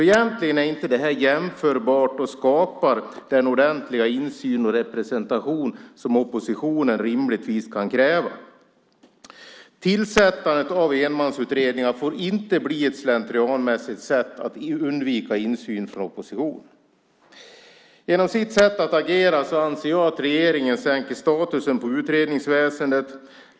Egentligen är det inte jämförbart och skapar inte heller den ordentliga insyn och representation som oppositionen rimligtvis kan kräva. Tillsättandet av enmansutredningar får inte bli ett slentrianmässigt sätt att undvika insyn från oppositionen. Genom sitt sätt att agera anser jag att regeringen sänker statusen på utredningsväsendet.